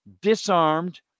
disarmed